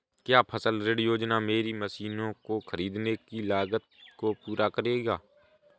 क्या फसल ऋण योजना मेरी मशीनों को ख़रीदने की लागत को पूरा करेगी?